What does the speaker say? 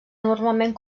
normalment